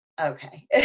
okay